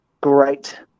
great